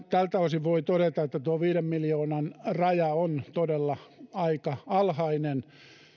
tältä osin voi todeta että tuo viiden miljoonan raja on todella aika alhainen